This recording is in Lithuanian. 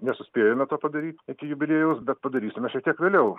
nesuspėjome to padaryt iki jubiliejaus bet padarysime šiek tiek vėliau